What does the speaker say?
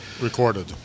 recorded